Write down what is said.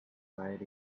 right